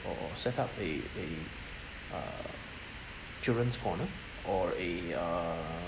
or or set up a a uh children's corner or a err